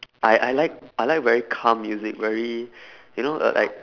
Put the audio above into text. I I like I like very calm music very you know l~ like